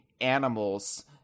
animals